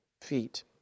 feet